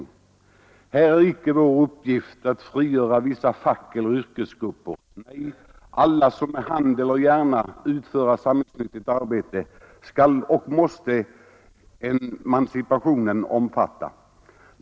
Här är icke vår uppgift att frigöra vissa fack eller yrkesgrupper; nej, alla som med hand eller hjärna utföra samhällsnyttigt arbete, skall och måste emancipationen omfatta.